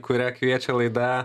kurią kviečia laida